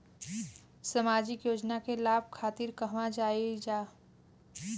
सामाजिक योजना के लाभ खातिर कहवा जाई जा?